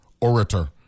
orator